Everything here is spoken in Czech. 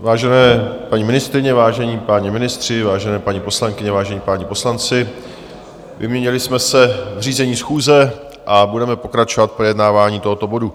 Vážené paní ministryně, vážení páni ministři, vážené paní poslankyně, vážení páni poslanci, vyměnili jsme se v řízení schůze a budeme pokračovat v projednávání tohoto bodu.